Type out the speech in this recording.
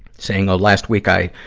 saying, ah, last week i,